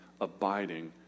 abiding